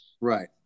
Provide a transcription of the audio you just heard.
Right